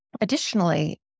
additionally